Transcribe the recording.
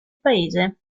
paese